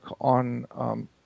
on